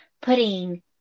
putting